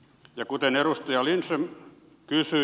ja kuten edustaja lindström kysyi